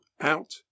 out